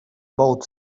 boat